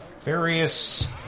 various